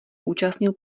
účastnil